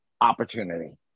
opportunity